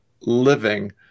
living